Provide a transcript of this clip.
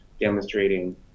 demonstrating